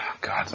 God